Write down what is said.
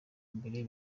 mbere